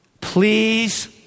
Please